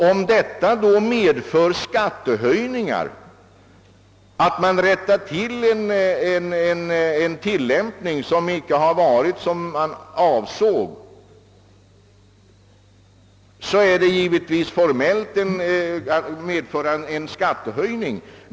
Om det förhållandet, att man rättar till en tillämpning som icke har blivit den som var avsedd, medför skattehöjningar, kan det givetvis formellt anses riktigt.